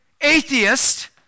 atheist